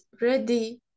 ready